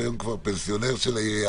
שהיום הוא כבר פנסיונר של העירייה